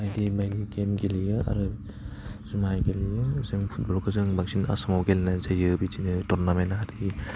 बायदि बायदि गेम गेलेयो आरो जुमाय गेलेयो जों फुटबलखौ जों बांसिन आसामाव गेलेनाय जायो बिदिनो टुरनामेन्ट आरि